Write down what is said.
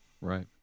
Right